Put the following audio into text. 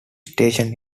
station